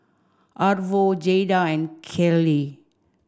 Arvo Jayda and Kelli